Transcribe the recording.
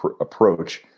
approach